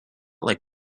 like